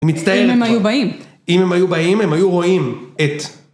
‫היא מצטערת... ‫-אם הם היו באים. ‫אם הם היו באים, ‫הם היו רואים את...